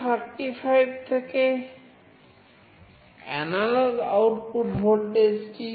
LM35 থেকে analog output ভোল্টেজটি